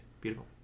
Beautiful